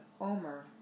omer